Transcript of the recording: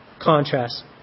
contrast